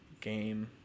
game